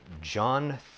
John